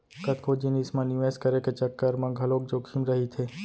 कतको जिनिस म निवेस करे के चक्कर म घलोक जोखिम रहिथे